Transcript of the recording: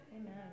Amen